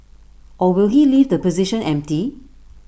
or will he leave the position empty